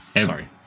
Sorry